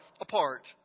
apart